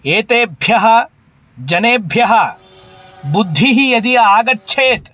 एतेभ्यः जनेभ्यः बुद्धिः यदि आगच्छेत्